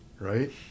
Right